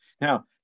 Now